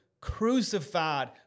crucified